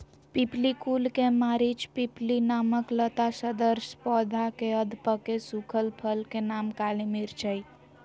पिप्पली कुल के मरिचपिप्पली नामक लता सदृश पौधा के अधपके सुखल फल के नाम काली मिर्च हई